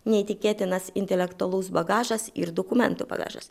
neįtikėtinas intelektualus bagažas ir dokumentų bagažas